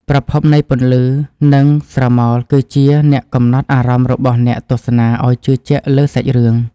ប្រភពនៃពន្លឺ និង ស្រមោលគឺជាអ្នកកំណត់អារម្មណ៍របស់អ្នកទស្សនាឱ្យជឿជាក់លើសាច់រឿង។